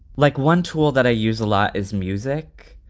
like one tool that i use a lot is music.